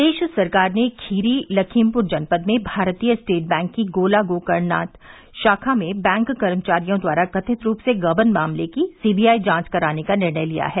प्रदेश सरकार ने खीरी लखीमपुर जनपद में भारतीय स्टेट बैंक की गोला गोकर्णनाथ शाखा में बैंक कर्मचारियों द्वारा कथित रूप से गबन मामले की सी बी आई जांच कराने का निर्णय लिया है